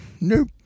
Nope